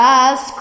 ask